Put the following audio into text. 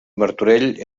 martorell